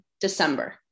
December